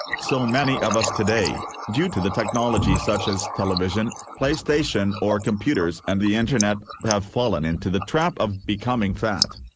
so many of us today due to the technology such as television, play station or computers and the internet have fallen into the trap of becoming fat.